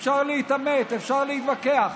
אפשר להתעמת, אפשר להתווכח,